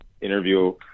interview